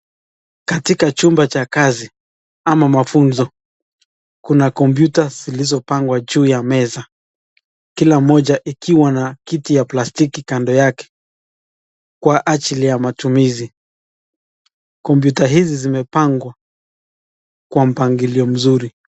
Katika chumba cha kazi ama mafunzo, kuna kompyuta zilizopangwa juu ya meza kila moja ikiwa na kiti ya plastiki kando yake kwa ajili ya matumizi. Kompyuta hizi zimepangwa kwa mpangilio mzuri.